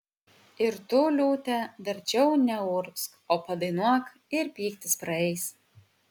ir tu liūte verčiau neurgzk o padainuok ir pyktis praeis